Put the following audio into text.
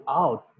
out